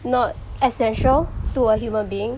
not essential to a human being